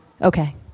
Okay